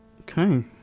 Okay